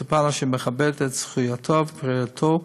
אשר מכבדת את זכויותיו ופרטיותו,